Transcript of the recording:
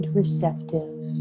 receptive